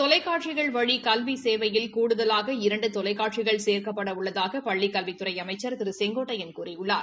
தொலைக்காட்சிகள் வழி கல்வி சேவையில் கூடுதலாக இரண்டு தொலைக்காட்சிகள் சேர்க்கப்பட உள்ளதாக பள்ளிக் கல்வித்துறை அமைச்சர் திரு கே ஏ செங்கோட்டையன் கூறியுள்ளார்